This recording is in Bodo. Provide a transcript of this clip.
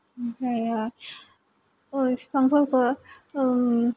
ओमफ्रायो बबे बिफांफोरखौ